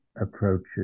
approaches